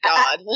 God